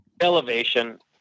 Elevation